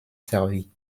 servie